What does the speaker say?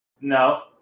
No